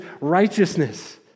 righteousness